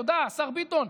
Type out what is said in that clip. תודה, השר ביטון.